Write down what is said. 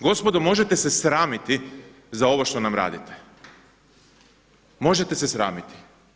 Gospodo možete se sramiti za ovo što nam radite, možete se sramiti.